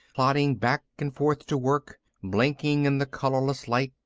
plodding back and forth to work, blinking in the colorless light,